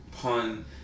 Pun